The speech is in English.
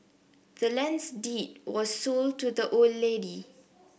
the land's deed was sold to the old lady